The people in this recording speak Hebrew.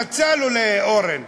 יצא לו, לאורן.